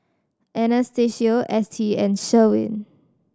Anastacio Ettie and Sherwin